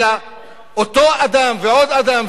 אלא אותו אדם ועוד אדם,